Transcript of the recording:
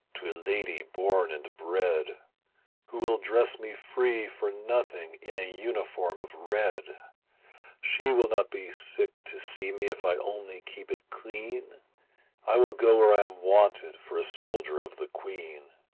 to a lady born and bred who will dress me free for nothing in a uniform of red she will not be sick to see me if i only keep it clean i will go where i am wanted for a soldier of the queen.